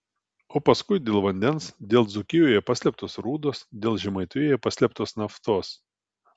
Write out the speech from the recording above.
o paskui dėl vandens dėl dzūkijoje paslėptos rūdos dėl žemaitijoje paslėptos naftos